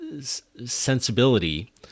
sensibility